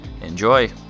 Enjoy